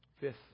Fifth